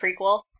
prequel